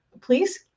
Please